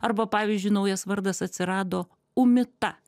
arba pavyzdžiui naujas vardas atsirado umita